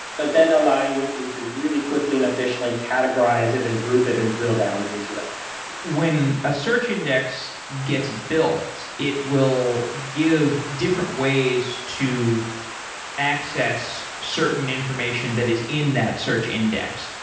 but then allowing you you to really quickly and efficiently categorize it and group it and drill down into it when a search index gets built, it will give different ways to access certain information that is in that search index.